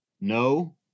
No